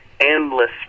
Endless